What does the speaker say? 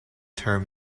term